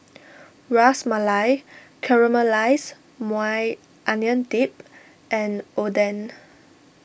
Ras Malai Caramelized Maui Onion Dip and Oden